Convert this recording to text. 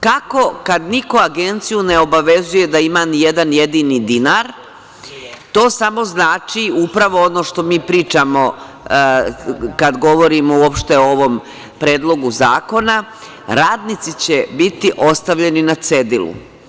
Kako kad niko agenciju ne obavezuje da ima nijedan jedini dinar, to samo znači, upravo ono što mi pričamo o ovom Predlogu zakona, radnici će biti ostavljeni na cedilu.